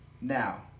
Now